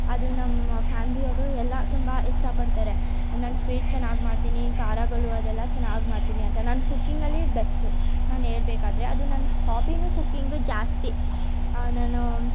ಅದು ನಮ್ಮ ಫ್ಯಾಮಿಲಿಯವರು ಎಲ್ಲ ತುಂಬ ಇಷ್ಟಪಡ್ತಾರೆ ನಾನು ಸ್ವೀಟ್ ಚೆನ್ನಾಗಿ ಮಾಡ್ತೀನಿ ಖಾರಗಳು ಅದೆಲ್ಲ ಚೆನ್ನಾಗಿ ಮಾಡ್ತೀನಿ ಅಂತ ನಾನು ಕುಕ್ಕಿಂಗಲ್ಲಿ ಬೆಸ್ಟ್ ನಾನು ಹೇಳ್ಬೇಕಾದರೆ ಅದು ನನ್ನ ಹಾಬಿಯೂ ಕುಕ್ಕಿಂಗ್ ಜಾಸ್ತಿ ನಾನು